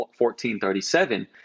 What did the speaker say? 1437